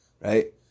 Right